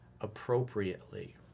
appropriately